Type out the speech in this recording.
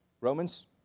romans